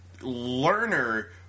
learner